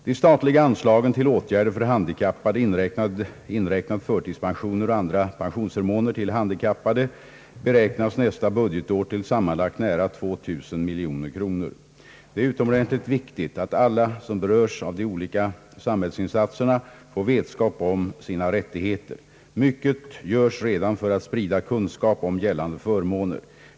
De statliga anslagen till åtgärder för handikappade, inräknat förtidspensioner och andra pensionsförmåner till handikappade, beräknas nästa budgetår till sammanlagt nära 2000 milj.kr. Det är utomordentligt viktigt att alla som berörs av de olika samhällsinsatserna får vetskap om sina rättigheter. Mycket görs redan för att sprida kunskap om gällande förmåner.